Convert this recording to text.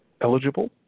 eligible